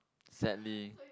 sadly